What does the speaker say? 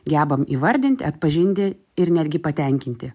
gebam įvardinti atpažinti ir netgi patenkinti